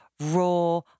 raw